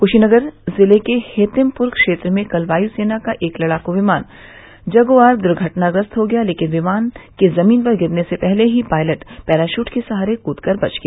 कृशीनगर जिले के हेतिमपुर क्षेत्र में कल वायुसेना का एक लड़ाकू विमान जगुआर दुर्घटनाग्रस्त हो गया लेकिन विमान के जमीन पर गिरने से पहले ही पायलट पैराशुट के सहारे कूद कर बच गया